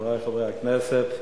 חברי חברי הכנסת,